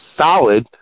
solid